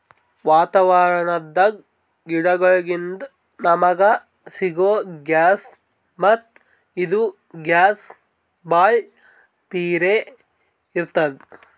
ವಾತಾವರಣದ್ ಗಿಡಗೋಳಿನ್ದ ನಮಗ ಸಿಗೊ ಗ್ಯಾಸ್ ಮತ್ತ್ ಇದು ಗ್ಯಾಸ್ ಭಾಳ್ ಪಿರೇ ಇರ್ತ್ತದ